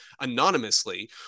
anonymously